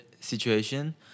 situation